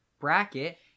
bracket